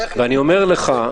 ואני אומר לך,